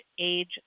age